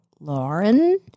lauren